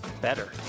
better